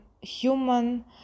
human